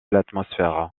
l’atmosphère